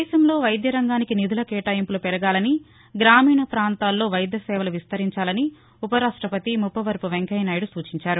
దేశంలో వైద్య రంగానికి నిధుల కేటాయింపులు పెరగాలని గ్రామీణ ప్రాంతాలలో వైద్య సేవలు విస్తరించాలని ఉపరాషపతి ముప్పవరపు వెంకయ్య నాయుడు సూచించారు